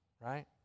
right